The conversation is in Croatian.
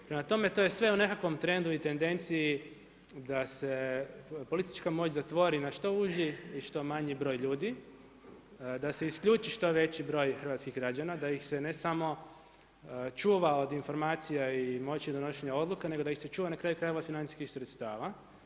Prema tome, to je sve u nekakvom trendu i tendenciji da se politička moć zatvori na što uži i što manji broj ljudi, da se isključi što veći broj hrvatskih građana, da ih se ne samo čuva od informacija i moći donošenja odluka, nego da ih se čuva na kraju krajeva od financijskih sredstava.